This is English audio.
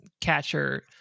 catcher